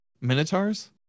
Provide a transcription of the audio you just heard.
minotaurs